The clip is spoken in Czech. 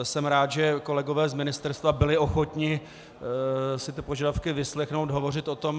Jsem rád, že kolegové z ministerstva byli ochotni si požadavky vyslechnout, hovořit o tom.